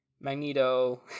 Magneto